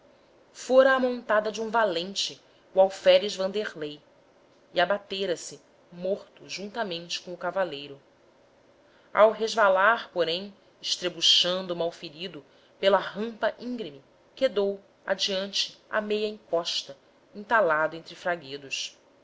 a montada de um valente o alferes wanderley e abatera se morto juntamente com o cavaleiro ao resvalar porém estrebuchando malferido pela rampa íngreme quedou adiante a meia encosta entalado entre fraguedos